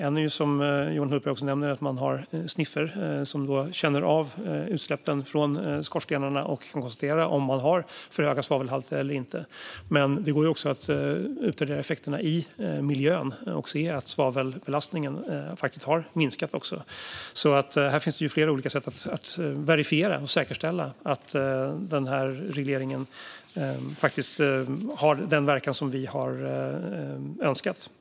Ett som Johan Hultberg nämnde är att ha sniffrar som känner av utsläppen från skorstenarna för att mäta om svavelhalten är för hög eller inte. Men det går också att utvärdera effekterna på miljön och se att svavelbelastningen faktiskt har minskat. Det finns alltså flera olika sätt att verifiera och säkerställa att den här regleringen har den verkan som vi har önskat.